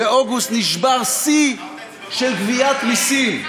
באוגוסט נשבר שיא של גביית מסים,